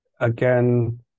again